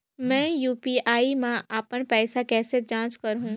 मैं यू.पी.आई मा अपन पइसा कइसे जांच करहु?